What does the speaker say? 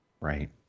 Right